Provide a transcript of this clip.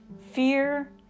fear